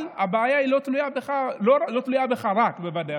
אבל הבעיה לא תלויה רק בך, בוודאי.